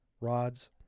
rods